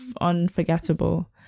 unforgettable